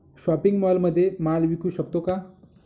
Shopping मॉलमध्ये माल विकू शकतो का?